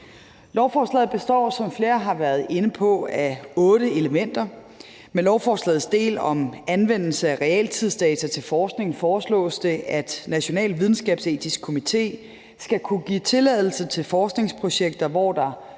Lovforslaget består, som flere har været inde på, af otte elementer. Med lovforslagets del om anvendelse af realtidsdata til forskning foreslås det, at National Videnskabsetisk Komité skal kunne give tilladelse til forskningsprojekter, hvor der